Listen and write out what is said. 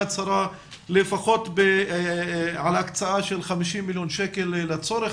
הצהרה על הקצאה של 50 מיליון שקלים לצורך